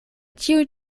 ĉiuj